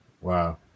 Wow